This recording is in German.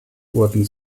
wurden